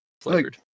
flavored